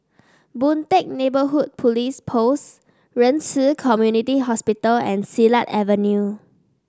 Boon Teck Neighbourhood Police Post Ren Ci Community Hospital and Silat Avenue